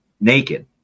naked